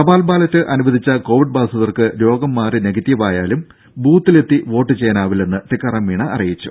തപാൽ ബാലറ്റ് അനുവദിച്ച കോവിഡ് ബാധിതർക്ക് രോഗം മാറി നെഗറ്റീവായാലും ബൂത്തിലെത്തി വോട്ട് ചെയ്യാനാവില്ലെന്ന് ടിക്കാറാം മീണ അറിയിച്ചു